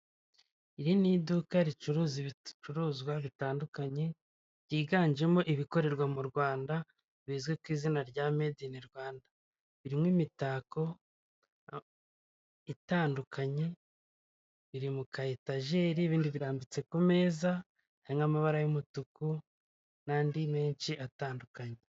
Iri ni iduka ricuruza ibicuruzwa bitandukanye byiganjemo ibikorerwa mu Rwanda bizwi ku izina rya medini Rwanda, birimo imitako itandukanye iri mu ka yetajeri, ibindi birambitse ku meza, hari n'amabara y'umutuku n'andi menshi atandukanye.